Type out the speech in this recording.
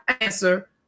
answer